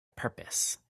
purpose